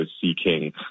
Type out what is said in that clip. seeking